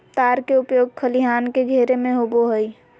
तार के उपयोग खलिहान के घेरे में होबो हइ